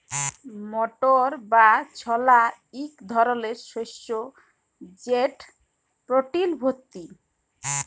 মটর বা ছলা ইক ধরলের শস্য যেট প্রটিলে ভত্তি